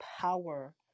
power